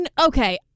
Okay